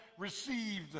Received